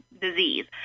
disease